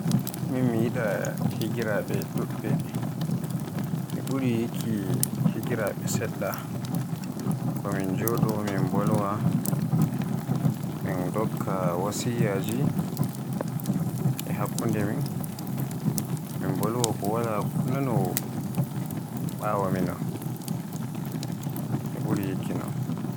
Min mi yiɗa higiraaɓe ɗuɓɓe, mi ɓuri yikki hirlaaaraɓe seɗɗa. Ko min joɗo min bolwa min ndokka wasiyyaji e hakkunde men, min bolwa ko wala nanawo ɓawo mon, mi muri yikki non.